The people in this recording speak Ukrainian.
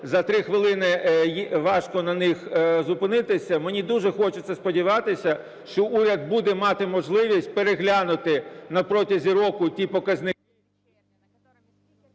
за 3 хвилини важко на них зупинитися. Мені дуже хочеться сподіватися, що уряд буде мати можливість переглянути на протязі року ті показники...